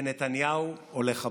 ונתניהו הולך הביתה,